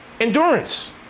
Endurance